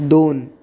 दोन